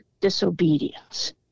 disobedience